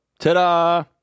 Ta-da